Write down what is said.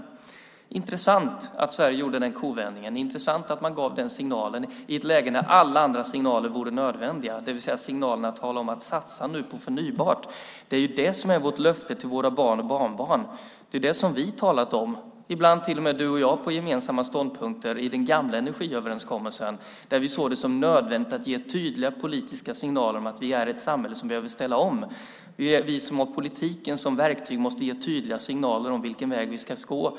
Det är intressant att Sverige gjorde den kovändningen. Det är intressant att man gav den signalen i ett läge när alla andra signaler vore nödvändiga, det vill säga signalen att tala om att satsa på förnybart. Det är det som är vårt löfte till våra barn och barnbarn. Det är det som vi har talat om, ibland till och med du och jag på gemensamma ståndpunkter i den gamla energiöverenskommelsen där vi såg det som nödvändigt att ge tydliga politiska signaler om att vi är ett samhälle som behöver ställa om. Vi som har politiken som verktyg måste ge tydliga signaler om vilken väg vi ska gå.